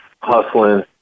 hustling